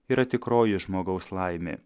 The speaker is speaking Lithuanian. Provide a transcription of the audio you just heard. yra tikroji žmogaus laimė